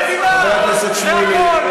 אתה רוצה למחוק את המדינה, זה הכול.